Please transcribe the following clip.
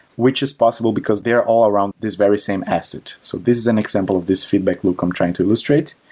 which is possible because they are all around this very same asset. so this is an example of this feedback loop i'm trying to illustrate.